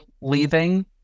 leaving